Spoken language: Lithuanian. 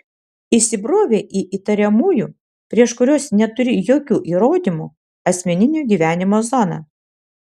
įsibrovei į įtariamųjų prieš kuriuos neturi jokių įrodymų asmeninio gyvenimo zoną